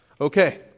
Okay